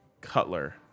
Cutler